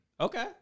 Okay